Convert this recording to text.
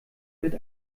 mit